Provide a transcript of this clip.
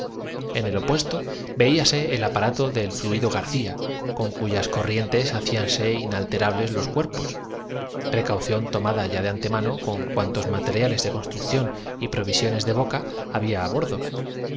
en el opuesto veíase el aparato del nes que daban acceso al por fluido garcía con cuyas corrientes hacíanse inaltera tón única entrada del vehícu bles los cuerpos precaución tomada ya de antemano lo la forma de este era rectan con cuantos materiales de construcción y provisiones gular en sus ángulos erguíanse de boca había á bordo